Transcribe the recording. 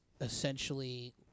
essentially